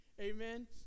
amen